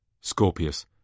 Scorpius